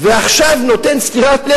בעלי הממון הם מעטים,